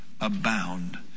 abound